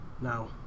Now